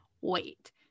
Wait